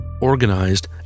organized